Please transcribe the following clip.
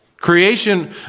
Creation